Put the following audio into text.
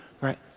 right